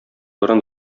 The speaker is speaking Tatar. борын